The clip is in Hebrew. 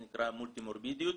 מה שנקרא מולטי מורבידיות,